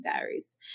Diaries